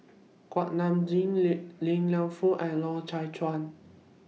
Kuak Nam Jin Li Lienfung and Loy Chye Chuan